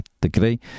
degree